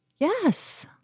Yes